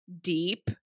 deep